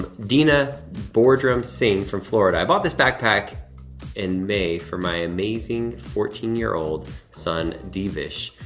dina bordrum singh from florida, i bought this backpack in may for my amazing fourteen year old son, divish,